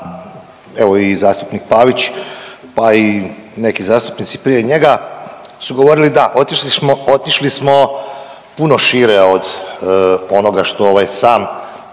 evo i zastupnik Pavić pa i neki zastupnici prije njega su govorili da otišli smo, otišli smo puno šire od onoga što ovaj